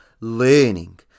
learning